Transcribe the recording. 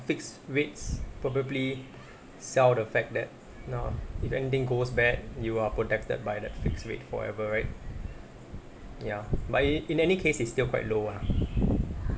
fixed rates probably sell the fact that now if anything goes bad you are protected by that fixed rate forever right ya but in in any case is still quite low ah